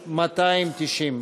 מה עושים עם כל הלחלופין?